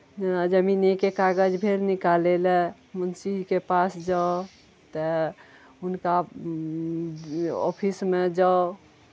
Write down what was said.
जेना जमीनेके कागज भेल निकालय लए मुंशीजीके पास जाउ तऽ हुनका ऑफिसमे जाउ